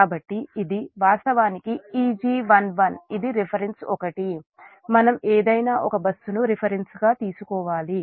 కాబట్టి ఇది వాస్తవానికి Eg11ఇది రిఫరెన్స్ ఒకటి మనం ఏదైనా ఒక బస్సును రిఫరెన్స్ గా తీసుకోవాలి